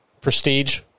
Prestige